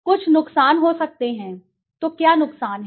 कुछ नुकसान हो सकते हैं तो क्या नुकसान हैं